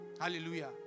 Hallelujah